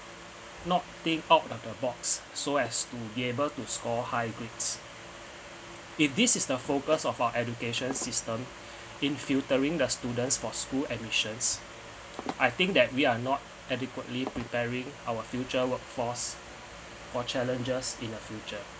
not think out of the box so as to be able to score high grades if this is the focus of our education system in filtering their students for school admissions I think that we are not adequately preparing our future workforce or challenges in the future